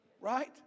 Right